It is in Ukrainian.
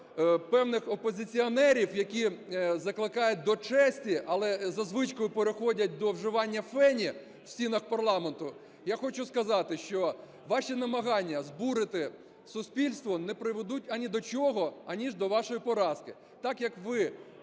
певних опозиціонерів, які закликають до честі, але за звичкою переходять до вживання фені в стінах парламенту, я хочу сказати, що ваші намагання збурити суспільство не приведуть ані до чого, аніж до вашої поразки. Так як ви